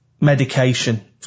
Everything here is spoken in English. medication